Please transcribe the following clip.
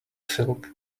silk